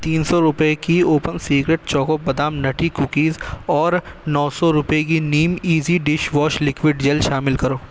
تین سو روپے کی اوپن سیکریٹ چوکو بادام نٹی کوکیز اور نو سو روپے کی نیم easy dish wash liquid gel شامل کرو